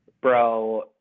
bro